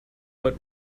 but